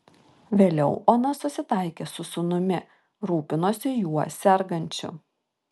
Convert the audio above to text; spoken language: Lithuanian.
vėliau ona susitaikė su sūnumi rūpinosi juo sergančiu